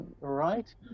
Right